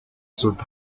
soudan